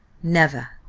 never,